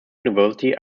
university